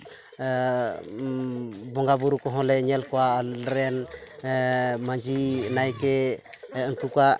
ᱵᱚᱸᱜᱟ ᱵᱳᱨᱳ ᱠᱚᱦᱚᱸ ᱞᱮ ᱧᱮᱞ ᱠᱚᱣᱟ ᱟᱞᱮ ᱨᱮᱱ ᱢᱟᱹᱡᱷᱤ ᱱᱟᱭᱠᱮ ᱩᱱᱠᱩ ᱠᱚᱣᱟᱜ